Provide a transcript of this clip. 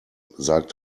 sagt